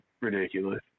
ridiculous